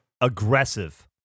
Aggressive